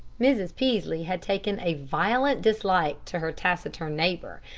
mrs. peaslee had taken a violent dislike to her taciturn neighbor,